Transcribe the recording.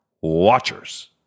watchers